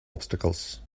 obstacles